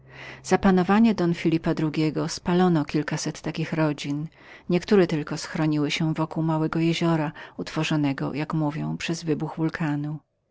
za panowania don phelipa ii spalono kilkaset takich rodzin niektóre tylko schroniły się około małego jeziora utworzonego jak mówią przez wybuch